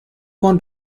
con